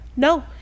No